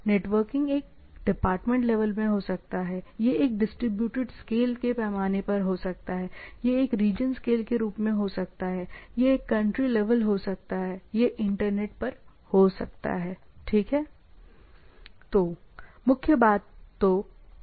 networking एक department level में हो सकता है यह एक इंस्टिट्यूट स्केल के पैमाने पर हो सकता है यह एक रीजन स्केल के रूप में हो सकता है यह एक कंट्री लेवल हो सकता है यह इंटरनेट पर हो सकता है ठीक है